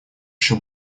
еще